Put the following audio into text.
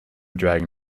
dragging